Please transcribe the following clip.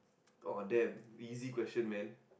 oh damn easy question man